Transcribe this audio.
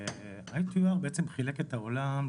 ה- ITU בעצם חילק את העולם,